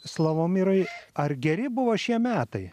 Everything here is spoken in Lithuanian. slavomirai ar geri buvo šie metai